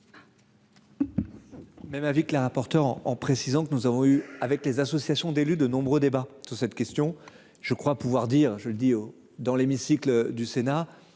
Même avis que le rapporteur en précisant que nous avons eue avec les associations d'élus, de nombreux débats sur cette question, je crois pouvoir dire je le dis haut dans l'hémicycle du Sénat